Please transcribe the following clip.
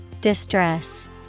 Distress